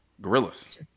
gorillas